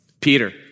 Peter